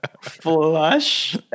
Flush